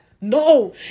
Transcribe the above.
No